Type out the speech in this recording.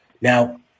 now